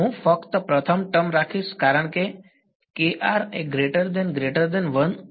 હું ફક્ત પ્રથમ ટર્મ રાખીશ કારણ કે યોગ્ય છે